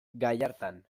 gallartan